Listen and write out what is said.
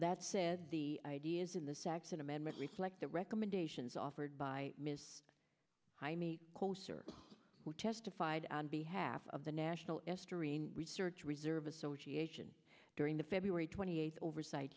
that said the ideas in the section amendment reflect the recommendations offered by ms jaime kosar who testified on behalf of the national research reserve association during the february twenty eighth oversight